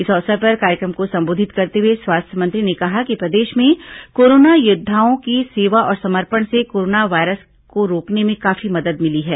इस अवसर पर कार्यक्रम को संबोधित करते हुए स्वास्थ्य मंत्री ने कहा कि प्रदेश में कोरोना योद्दाओं की सेवा और समर्पण से कोरोना वायरस को रोकने में काफी मदद मिली है